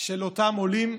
של אותם עולים.